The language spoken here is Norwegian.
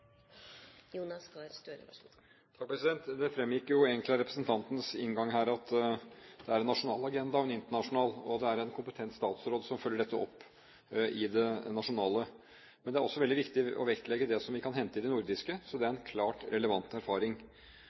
en nasjonal og en internasjonal agenda, og det er en kompetent statsråd som følger dette opp nasjonalt. Men det er også veldig viktig å vektlegge det vi kan hente i et nordisk samarbeid. Så det er en klart relevant erfaring.